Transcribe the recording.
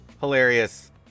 hilarious